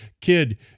kid